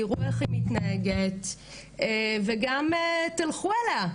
תראו איך היא מתנהגת וגם תלכו עליה,